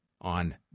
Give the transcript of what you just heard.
on